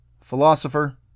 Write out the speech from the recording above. Philosopher